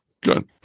Good